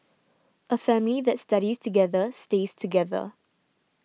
a family that studies together stays together